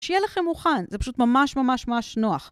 שיהיה לכם מוכן, זה פשוט ממש ממש ממש נוח.